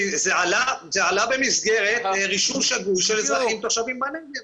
כי זה על במסגרת רישום שגוי של אזרחים תושבים בנגב.